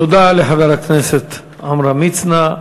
תודה לחבר הכנסת עמרם מצנע.